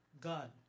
God